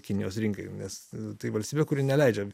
kinijos rinkai nes tai valstybė kuri neleidžia